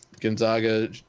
Gonzaga